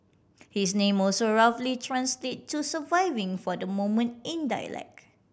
his name also roughly translate to surviving for the moment in dialect